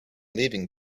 leaving